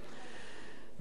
בשנת 2005,